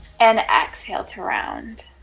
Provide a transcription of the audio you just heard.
and exhale to round